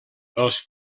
els